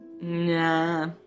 Nah